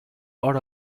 are